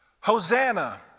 Hosanna